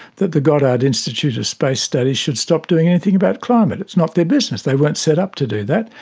that the goddard institute of space studies should stop doing anything about climate, it's not their business, they weren't set up to do that,